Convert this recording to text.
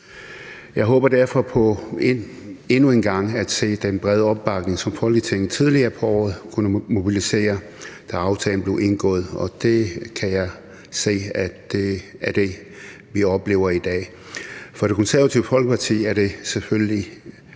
Jeg håber derfor på endnu en gang at se den brede opbakning, som Folketinget tidligere på året kunne mobilisere, da aftalen blev indgået, og det kan jeg se er det, vi oplever i dag. For Det Konservative Folkeparti er det selvfølgelig